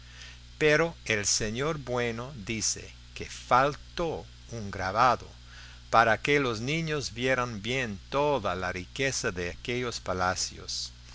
pero el señor bueno dice que faltó un grabado para que los niños vieran bien toda la riqueza de aquellos palacios